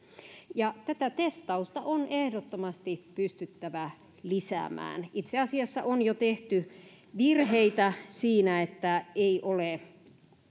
tätä testausta on ehdottomasti pystyttävä lisäämään itse asiassa on jo tehty virheitä siinä että ei ole